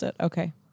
Okay